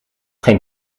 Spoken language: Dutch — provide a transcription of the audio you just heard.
geen